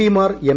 പിമാർ എം